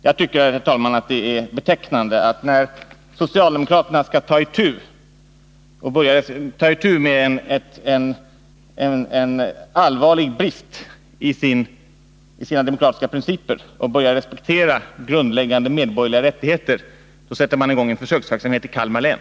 Jagtycker, herr talman, att det är betecknande att när socialdemokraterna skall ta itu med en allvarlig brist i sina demokratiska principer och börja respektera grundläggande medborgerliga rättigheter, sätter man i gång en försöksverksamhet i Kalmar län.